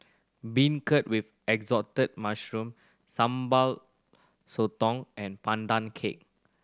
beancurd with Assorted Mushrooms Sambal Sotong and Pandan Cake